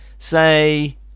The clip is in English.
Say